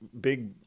big